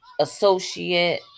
associate